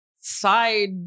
side